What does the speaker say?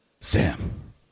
Sam